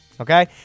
Okay